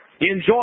Enjoy